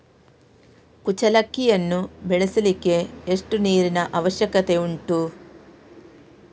ಕುಚ್ಚಲಕ್ಕಿಯನ್ನು ಬೆಳೆಸಲಿಕ್ಕೆ ಎಷ್ಟು ನೀರಿನ ಅವಶ್ಯಕತೆ ಉಂಟು?